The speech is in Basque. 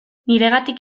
niregatik